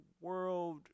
world